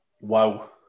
Wow